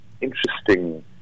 interesting